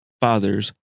father's